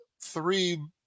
three